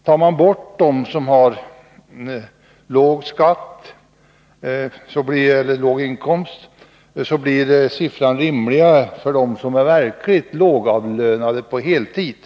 Tar man bort dem som har låg inkomst på grund av korttidsarbete, blir siffran rimligare för dem som är verkligt lågavlönade på heltid.